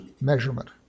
measurement